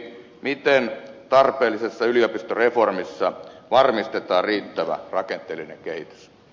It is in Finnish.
miten tarpeellisessa yliopistoreformissa varmistetaan riittävä rakenteellinen kehitys